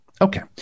Okay